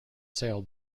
sail